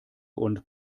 und